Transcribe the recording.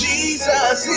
Jesus